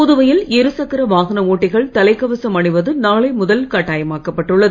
புதுவையில் இருசக்கர வாகன ஓட்டிகள் தலைக்கவசம் அணிவது நாளை முதல் கட்டாயமாக்கப்பட்டுள்ளது